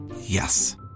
Yes